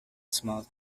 small